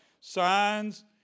Signs